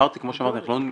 כמו שאמרת נכון,